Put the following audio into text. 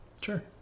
Sure